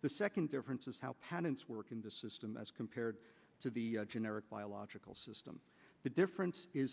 the second difference is how patents work in the system as compared to the generic by logical system the difference is